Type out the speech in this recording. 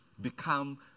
become